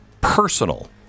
personal